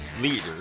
leader